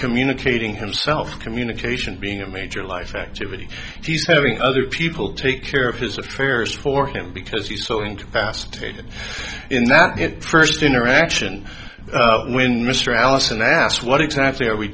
communicating himself communication being a major life activity he's having other people take care of his affairs for him because he's so incapacitated in that first interaction when mr allison asks what exactly are we